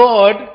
God